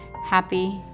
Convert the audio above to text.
Happy